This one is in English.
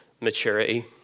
maturity